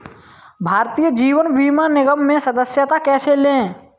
भारतीय जीवन बीमा निगम में सदस्यता कैसे लें?